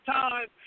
time